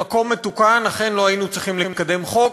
במקום מתוקן אכן לא היינו צריכים לקדם חוק,